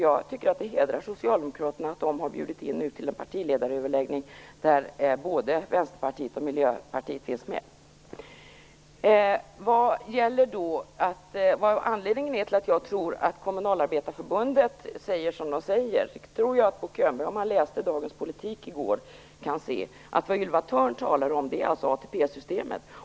Jag tycker att det hedrar socialdemokraterna att de har inbjudit till en partiledaröverläggning där både Vänsterpartiet och Miljöpartiet finns med. Vad anledningen är till att jag tror att Kommunalarbetareförbundet säger som det säger kan Bo Könberg läsa i gårdagens Dagens Politik. Vad Ylva Thörn talar om är ATP-systemet.